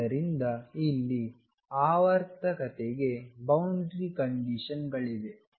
ಆದ್ದರಿಂದ ಇಲ್ಲಿ ಆವರ್ತಕತೆಗೆ ಬೌಂಡರಿ ಕಂಡೀಶನ್ಗಳಿವೆ